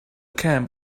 camp